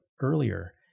earlier